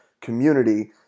community